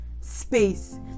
space